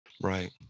Right